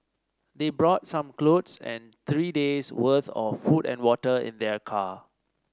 they brought some clothes and three day's worth of food and water in their car